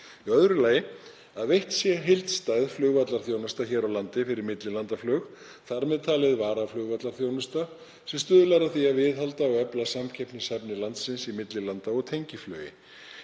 fullnægt. b. Veitt sé heildstæð flugvallarþjónusta hér á landi fyrir millilandaflug, þar með talin varaflugvallarþjónusta, sem stuðlar að því að viðhalda og efla samkeppnishæfni landsins í millilanda- og tengiflugi.